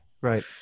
Right